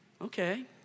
okay